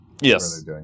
Yes